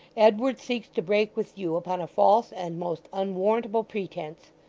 edward seeks to break with you upon a false and most unwarrantable pretence.